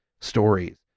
stories